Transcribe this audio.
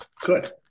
Good